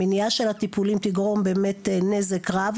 המניעה של הטיפולים תגרום באמת נזק רב